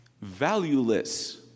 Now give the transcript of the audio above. valueless